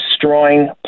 destroying